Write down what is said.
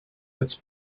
its